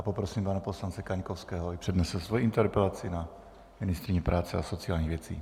Poprosím pana poslance Kaňkovského, ať přednese svoji interpelaci na ministryni práce a sociálních věcí.